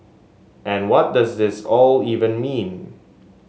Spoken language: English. and what does it all even mean